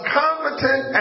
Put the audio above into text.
competent